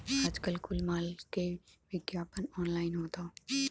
आजकल कुल माल के विग्यापन ऑनलाइन होत हौ